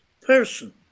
person